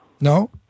No